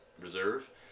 reserve